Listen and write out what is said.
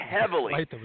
heavily